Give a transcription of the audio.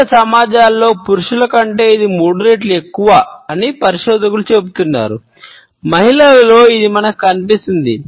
వివిధ సమాజాలలో పురుషుల కంటే ఇది మూడు రెట్లు ఎక్కువ అని పరిశోధకులు చెబుతున్నారు మహిళల్లో ఇది మనకు కనిపిస్తుంది